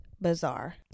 bizarre